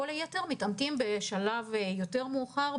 כל היתר נמצאים מאומתים בשלב יותר מאוחר,